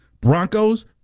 Broncos